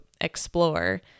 explore